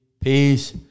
Peace